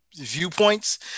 viewpoints